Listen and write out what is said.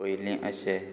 पयलीं अशें